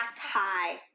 high